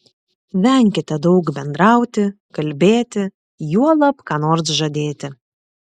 venkite daug bendrauti kalbėti juolab ką nors žadėti